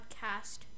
podcast